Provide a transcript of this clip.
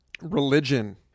religion